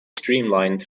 streamlined